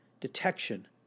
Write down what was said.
detection